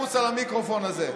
אני אחוס על המיקרופון הזה.